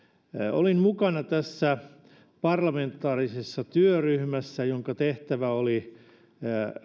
olin mukana tässä parlamentaarisessa työryhmässä jonka tehtävä oli